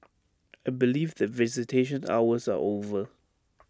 I believe that visitation hours are over